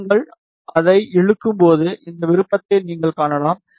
நீங்கள் அதை இழுக்கும்போது இந்த விருப்பத்தை நீங்கள் காணலாம்